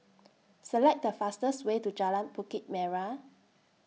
Select The fastest Way to Jalan Bukit Merah